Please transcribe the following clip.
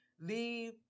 leave